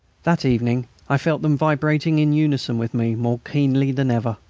that evening i felt them vibrating in unison with me more keenly than ever.